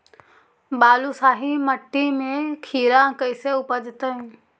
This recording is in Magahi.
बालुसाहि मट्टी में खिरा कैसे उपजतै?